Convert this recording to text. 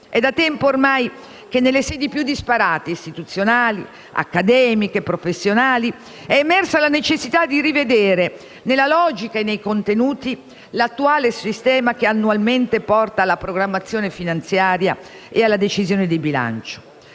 È da tempo, ormai, che nelle sedi più disparate (istituzionali, accademiche, professionali) è emersa la necessità di rivedere, nella logica e nei contenuti, l'attuale sistema che annualmente porta alla programmazione finanziaria e alla decisione di bilancio.